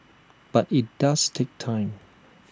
but IT does take time